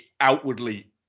outwardly